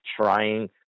trying